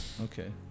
Okay